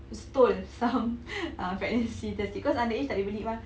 stole some err pregnancy test because underage tak boleh beli mah